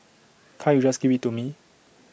can't you just give IT to me